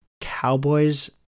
Cowboys